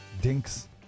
dinks